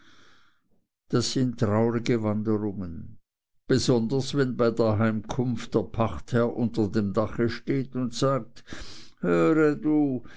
das sind traurige wanderungen besonders wenn bei der heimkunft der pachtherr unter dem dache steht und sagt höre du